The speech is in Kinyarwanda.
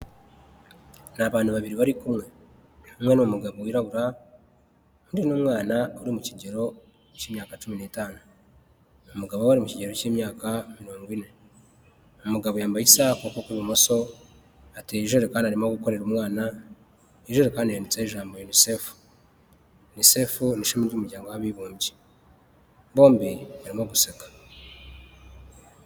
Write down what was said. Ni abantu babiri bari kumwe, umwe ni umugabo wirabura undi ni umwana, uri mu kigero cy'imyaka cumi n'itanu. Umugabo we ari mu kigero cy'imyaka mirongo ine ,umugabo yambaye isaha mu kuboko kw'ibumoso, ateruye ijerekani arimo gukorera umwana. Iyo jerekani yanditseho ijambo yunisefu. Yunisefu ni ishami ry'umuryango w'abibumbye, bombi barimo guseka.